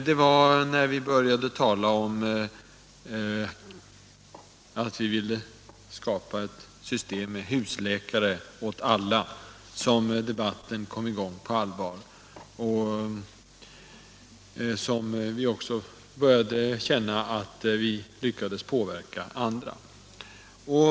Det var först när vi började tala om att vi ville skapa ett system med husläkare åt alla som debatten kom i gång på allvar. Först då började vi känna att vi lyckades påverka andra.